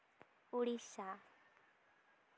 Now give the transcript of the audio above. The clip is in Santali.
ᱩᱲᱤᱥᱥᱟ